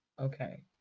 okay